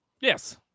Yes